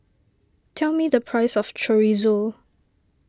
tell me the price of Chorizo